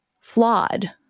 flawed